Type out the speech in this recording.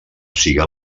siga